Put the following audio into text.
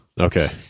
Okay